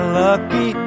lucky